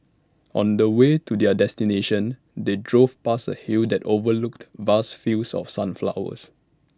on the way to their destination they drove past A hill that overlooked vast fields of sunflowers